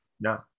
no